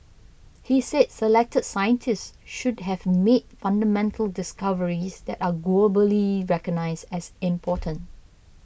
he said selected scientists should have made fundamental discoveries that are globally recognised as important